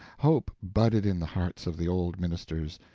hope budded in the hearts of the old ministers,